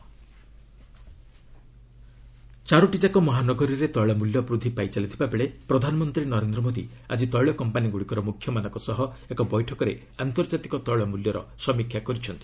PM oil ଚାରୋଟିଯାକ ମହାନଗରୀରେ ତେିଳ ମୂଲ୍ୟ ବୃଦ୍ଧି ପାଇଚାଲିଥିବା ବେଳେ ପ୍ରଧାନମନ୍ତ୍ରୀ ନରେନ୍ଦ୍ର ମୋଦି ଆକି ତେିଳ କମ୍ପାନୀଗୁଡ଼ିକର ମୁଖ୍ୟମାନଙ୍କ ସହ ଏକ ବୈଠକରେ ଆନ୍ତର୍ଜାତିକ ତେିଳ ମୂଲ୍ୟର ସମୀକ୍ଷା କରିଛନ୍ତି